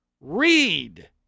read